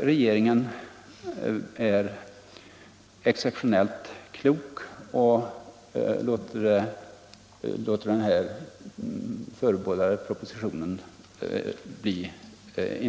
regeringen är exceptionellt klok och inte låter den här förebådade propositionen bli av.